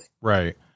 Right